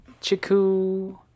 chiku